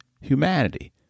humanity